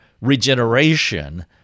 regeneration